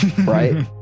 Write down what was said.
Right